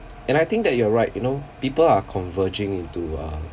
and I think that you are right you know people are converging into uh